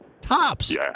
Tops